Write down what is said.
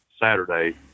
Saturday